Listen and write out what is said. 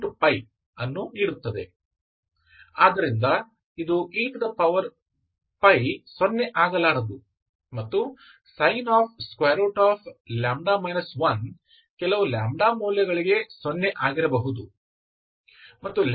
ಆದ್ದರಿಂದ ಇದು e ಸೊನ್ನೆ ಆಗಲಾರದು ಮತ್ತು sinλ 1 ಕೆಲವು λ ಮೌಲ್ಯಗಳಿಗೆ 0 ಆಗಿರಬಹುದು ಮತ್ತು λ 1 ಇರುತ್ತದೆ